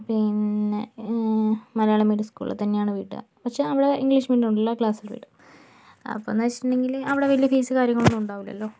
പിന്നെ മലയാളം മീഡിയം സ്കൂളിൽ തന്നെയാണ് വിടുക എന്ന് വെച്ചാൽ അവിടെ ഇംഗ്ലീഷ് മീഡിയം ഉണ്ട് അല്ലോ ക്ലാസ്സിൽ വിടും അപ്പോൾ എന്ന് വെച്ചിട്ടുണ്ടെങ്കിൽ അവിടെ വലിയ ഫീസ് കാര്യങ്ങൾ ഒന്നും ഉണ്ടാവുല്ലല്ലോ